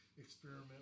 experiment